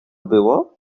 było